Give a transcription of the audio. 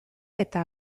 eta